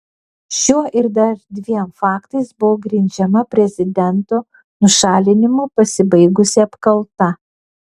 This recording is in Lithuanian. šiuo ir dar dviem faktais buvo grindžiama prezidento nušalinimu pasibaigusi apkalta